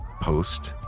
post